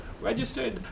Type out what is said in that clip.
registered